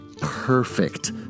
perfect